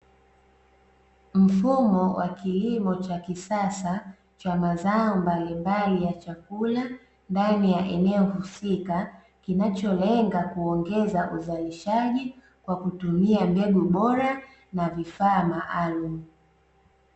Mfumo wa kilimo cha kisasa, cha mazao mbalimbali ya chakula ndani ya eneo husika, kinacholenga kuongeza uzalishaji kwa kutumia mbegu bora na vifaa maalumu.